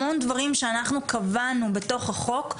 המון דברים שאנחנו קבענו בתוך החוק,